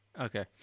Okay